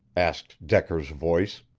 asked decker's voice.